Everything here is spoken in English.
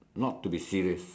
not to be serious